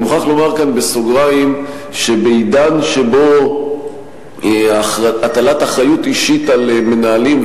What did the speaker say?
אני מוכרח לומר כאן בסוגריים שבעידן של הטלת אחריות אישית על מנהלים,